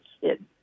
kid